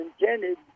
intended